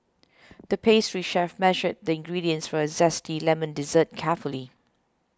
the pastry chef measured the ingredients for a Zesty Lemon Dessert carefully